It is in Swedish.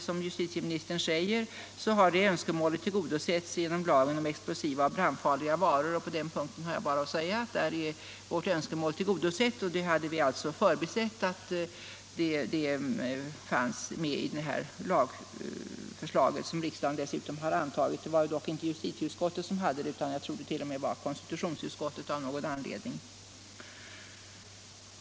Som justitieministern säger har justitieutskottets önskemål på denna punkt tillgodosetts genom lagen om explosiva och brandfarliga varor. Jag hade förbisett att den saken fanns med i det lagförslaget, som riksdagen dessutom har antagit. Det var dock inte justitieutskottet som behandlade det; jag tror t.o.m. att det av någon anledning var konstitutionsutskottet. På den punkten har jag bara att säga att vårt önskemål är tillgodosett.